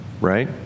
right